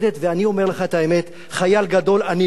ואני אומר לך את האמת: חייל גדול אני לא,